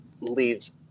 leaves